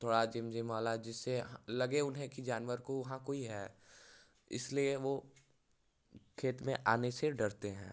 थोड़ा झिमझिम वाला जिससे लगे उन्हें कि जानवर को वहाँ कोई है इसलिए वो खेत में आने से डरते हैं